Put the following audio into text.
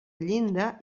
llinda